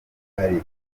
ari